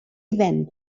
event